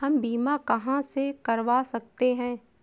हम बीमा कहां से करवा सकते हैं?